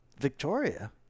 Victoria